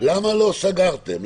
למה לא סגרתם,